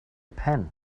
pen